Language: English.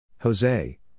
Jose